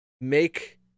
make